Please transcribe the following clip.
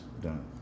done